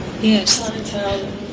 Yes